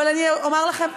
אבל אני אומר לכם,